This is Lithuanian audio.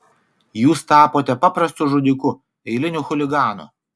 jūs tapote paprastu žudiku eiliniu chuliganu